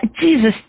Jesus